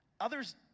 others